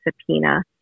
subpoena